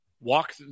walk